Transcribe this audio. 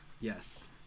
Yes